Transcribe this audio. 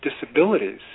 disabilities